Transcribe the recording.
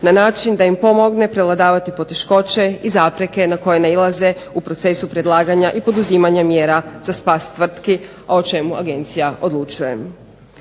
na način da im pomogne prevladavati poteškoće i zapreke na koje nailaze u procesu predlaganja i poduzimanje mjera za spas tvrtki o čemu Agencija odlučuje.